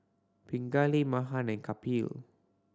Pingali Mahan and Kapil